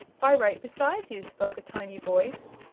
why, right beside you, spoke a tiny voice.